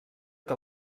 que